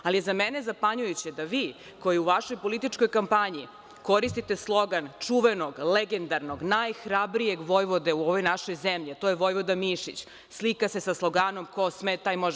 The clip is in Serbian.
Ali, je za mene zapanjujuće da vi koji u vašoj političkoj kampanji koristite slogan čuvenog, legendarnog, najhrabrije, vojvode u ovoj našoj zemlji, a to je Vojvoda Mišić, slika se sa sloganom – ko sme taj može.